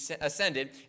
ascended